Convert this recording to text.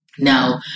Now